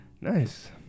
nice